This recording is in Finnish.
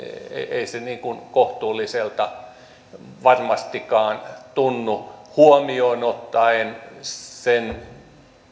ei se kohtuulliselta varmastikaan tunnu huomioon ottaen sen